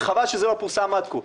וחבל שזה לא פורסם עד כה,